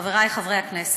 חברי חברי הכנסת,